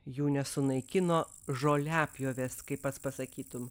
jų nesunaikino žoliapjovės kaip pats pasakytum